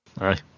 Aye